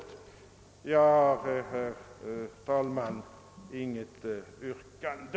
Jag har, herr talman, inget yrkande.